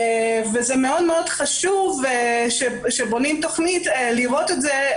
זה מאוד מאוד חשוב כשבונים תכנית לראות את זה,